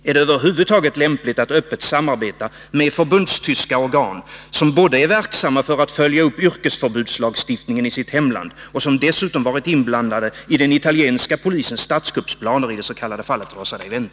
Är det över huvud taget lämpligt att öppet samarbeta med förbundstyska organ som är verksamma för att följa upp yrkesförbudslagstiftningen i sitt hemland och dessutom varit inblandade i den italienska polisens statskuppsplaner i det s.k. fallet Rosa Dei Venti?